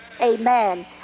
Amen